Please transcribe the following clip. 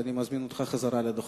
אז אני מזמין אותך חזרה אל הדוכן.